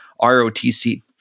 ROTC